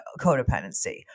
codependency